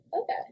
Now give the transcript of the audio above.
Okay